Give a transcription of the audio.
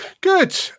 Good